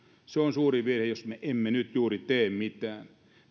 on suuri virhe jos me emme juuri nyt tee mitään